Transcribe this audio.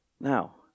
Now